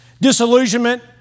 disillusionment